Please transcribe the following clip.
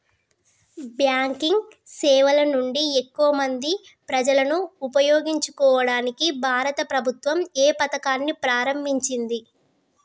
Banking సేవల నుండి ఎక్కువ మంది ప్రజలను ఉపయోగించుకోవడానికి భారత ప్రభుత్వం ఏ పథకాన్ని ప్రారంభించింది?